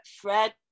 Fred